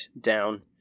down